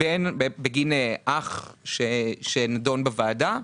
בן בגין אח, שנידון בוועדה.